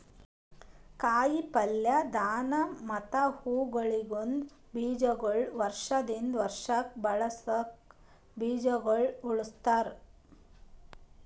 ಕಾಯಿ ಪಲ್ಯ, ಧಾನ್ಯ ಮತ್ತ ಹೂವುಗೊಳಿಂದ್ ಬೀಜಗೊಳಿಗ್ ವರ್ಷ ದಿಂದ್ ವರ್ಷಕ್ ಬಳಸುಕ್ ಬೀಜಗೊಳ್ ಉಳುಸ್ತಾರ್